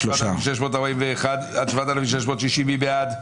5,541 עד 5,560, מי בעד?